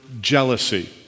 jealousy